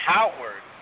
Howard